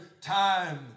time